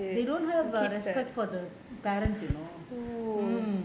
they don't have err respect for the parents you know mm